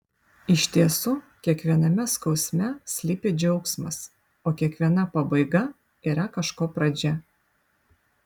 iš tiesų kiekviename skausme slypi džiaugsmas o kiekviena pabaiga yra kažko pradžia